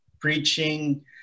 preaching